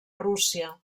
rússia